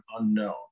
unknown